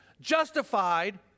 Justified